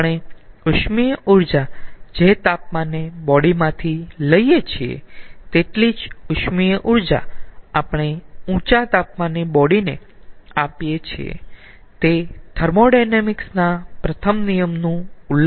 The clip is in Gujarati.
આપણે ઉષ્મીય ઊર્જા જે તાપમાને બોડી માંથી લઈયે છીએ તેટલી જ ઉષ્મીય ઊર્જા આપણે ઊંચા તાપમાને બોડી ને આપીયે છીએ તે થર્મોોડાયનેમિક્સ ના પ્રથમ નિયમનું ઉલ્લંઘન કરતી નથી